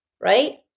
right